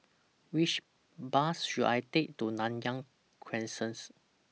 Which Bus should I Take to Nanyang Crescents